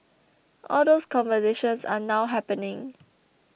all those conversations are now happening